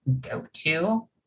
go-to